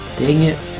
dang it